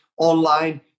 online